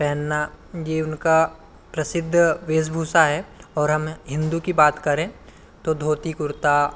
पहनना ये उनका की प्रसिद्ध वेशभूषा है और हम हिंदू की बात करें तो धोती कुर्ता